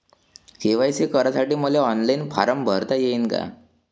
KYC करासाठी मले online form भरता येईन का?